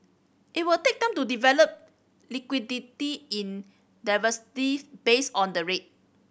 it will take time to develop liquidity in based on the rate